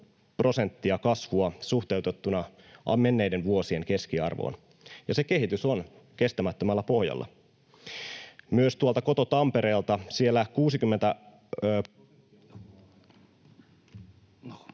prosenttia kasvua suhteutettuna menneiden vuosien keskiarvoon, ja se kehitys on kestämättömällä pohjalla. Myös tuolta koto-Tampereelta: siellä 60...